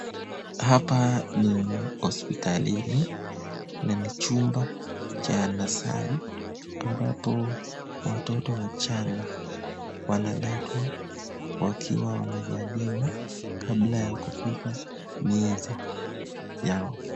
Hapa ni hospitalini na ni chumba cha nasari ambapo watoto wachanga wanaletwa wakiwa wamezaliwa kabla ya kufika miezi yao.